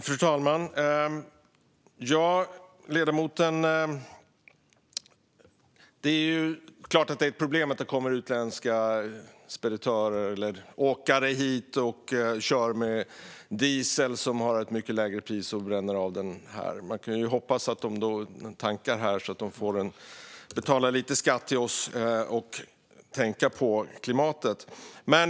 Fru talman! Det är klart att det är ett problem att det kommer hit utländska speditörer eller åkare som kör med diesel som har ett mycket lägre pris och att de bränner av den här. Man kan ju hoppas att de även tankar här, så att de får betala lite skatt till oss och tänka på klimatet.